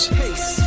pace